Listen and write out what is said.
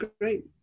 great